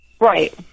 Right